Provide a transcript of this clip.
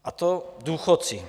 A to důchodci.